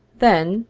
then,